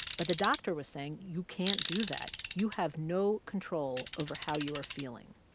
but the doctor was saying you can't do that, you have no control over how you are feeling.